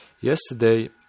Yesterday